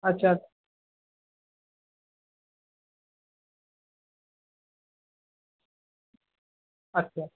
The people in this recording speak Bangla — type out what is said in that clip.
আচ্ছা আচ্ছা